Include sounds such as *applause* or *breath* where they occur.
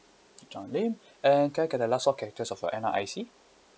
john lim *breath* and can I get the last four characters of your N_R_I_C